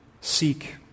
seek